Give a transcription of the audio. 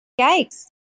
Yikes